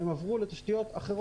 הם עברו לתשתיות אחרות.